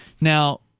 Now